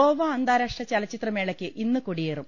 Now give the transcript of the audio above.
ഗോവ അന്താരാഷ്ട്ര ചലച്ചിത്രമേളക്ക് ഇന്ന് കൊടിയേറും